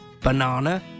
banana